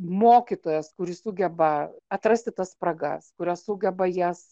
mokytojas kuris sugeba atrasti tas spragas kurios sugeba jas